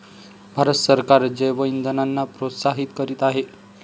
भारत सरकार जैवइंधनांना प्रोत्साहित करीत आहे